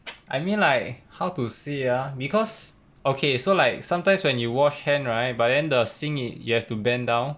I mean like how to say ah because okay so like sometimes when you wash hand right but then the sink it you have to bend down